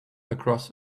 across